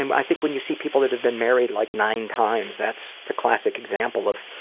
and i think when you see people that have been married like nine times, that's the classic example of,